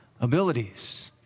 abilities